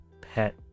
pet